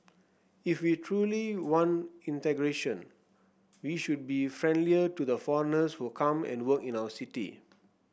if we truly want integration we should be friendlier to the foreigners who come and work in our city